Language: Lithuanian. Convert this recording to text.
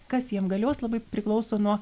kas jiem galios labai priklauso nuo